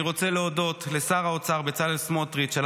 אני רוצה להודות לשר האוצר בצלאל סמוטריץ על